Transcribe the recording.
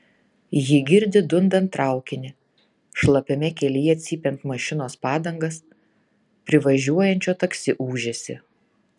ji girdi dundant traukinį šlapiame kelyje cypiant mašinos padangas privažiuojančio taksi ūžesį